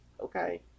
okay